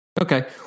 Okay